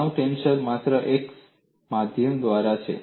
તણાવ ટેન્સર માત્ર એક માધ્યમ દ્વારા છે